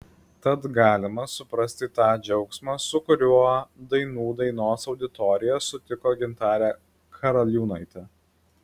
tad galima suprasti tą džiaugsmą su kuriuo dainų dainos auditorija sutiko gintarę karaliūnaitę